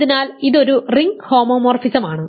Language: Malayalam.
അതിനാൽ ഇത് ഒരു റിംഗ് ഹോമോമോർഫിസമാണ്